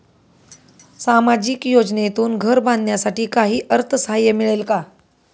सामाजिक योजनेतून घर बांधण्यासाठी काही अर्थसहाय्य मिळेल का?